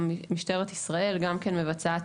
גם משטרת ישראל מבצעת